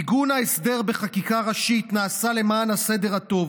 עיגון ההסדר בחקיקה ראשית נעשה למען הסדר הטוב,